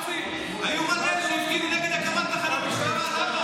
פורצים, היו מלא שהפגינו נגד הקמת תחנות משטרה.